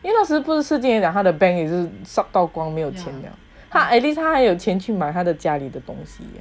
因为那时 si jie 也讲他的 bank 也是 suck 到光没有钱 liao 他 at least 他还有钱去买她的家里的东西